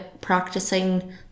practicing